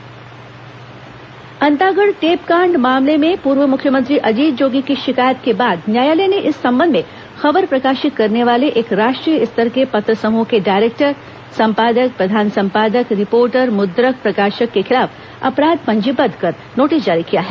अंतागढ़ टेपकांड मामला अंतागढ़ टेप कांड मामले में पूर्व मुख्यमंत्री अजीत जोगी की शिकायत के बाद न्यायालय ने इस संबंध में खबर प्रकाशित करने वाले एक राष्ट्रीय स्तर के पत्र समूह के डायरेक्टर संपादक प्रधान सम्पादक रिपोर्टर मुद्रक प्रकाशक के खिलाफ अपराध पंजीबद्ध कर नोटिस जारी किया है